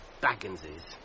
Bagginses